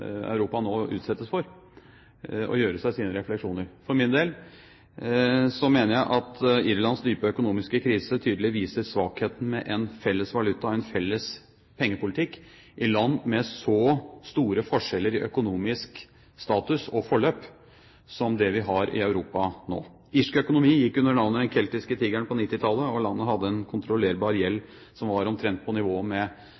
Europa nå utsettes for, og gjøre seg sine refleksjoner. For min del mener jeg at Irlands dype økonomiske krise tydelig viser svakheten med en felles valuta, en felles pengepolitikk, i land med så store forskjeller i økonomisk status og forløp som det vi har i Europa nå. Irsk økonomi gikk under navnet den keltiske tigeren på 1990-tallet, og landet hadde en kontrollerbar gjeld som var omtrent på nivå med